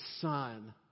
Son